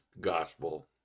gospel